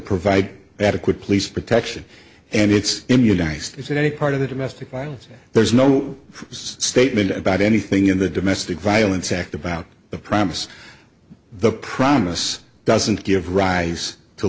provide adequate police protection and it's immunized is that any part of the domestic violence there's no statement about anything in the domestic violence act about the promise the promise doesn't give rise to